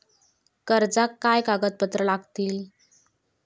कर्जाक काय कागदपत्र लागतली?